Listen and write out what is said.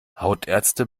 hautärzte